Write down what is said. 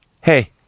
Hey